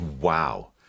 Wow